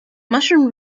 mushroom